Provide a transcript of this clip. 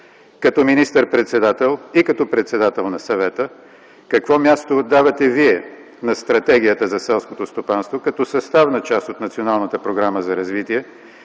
Като министър-председател и като председател на Съвета, какво място отдавате Вие на стратегията за селското стопанство като съставна част от националната програма за развитие?